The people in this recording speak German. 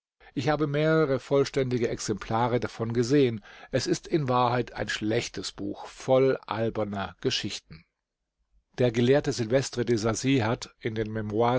ich habe mehrere vollständige exemplare davon gesehen es ist in wahrheit ein schlechtes buch voll alberner geschichten der gelehrte silvestre de sacy hat